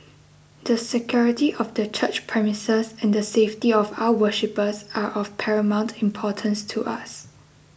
the security of the church premises and the safety of our worshippers are of paramount importance to us